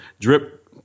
drip